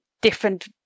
different